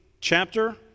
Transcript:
chapter